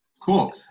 Cool